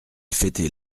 fêter